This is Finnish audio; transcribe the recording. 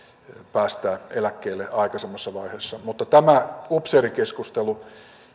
päästää eläkkeelle aikaisemmassa vaiheessa mutta tämä upseerikeskustelu